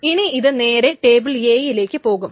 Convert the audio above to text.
ഇനി ഇത് നേരെ ടേബിൾ A യിലേക്ക് പോകും